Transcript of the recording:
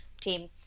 team